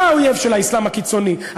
אתה האויב של האסלאם הקיצוני,